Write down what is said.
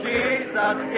Jesus